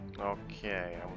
Okay